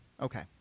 Okay